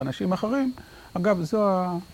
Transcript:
‫אנשים אחרים. אגב, זו ה...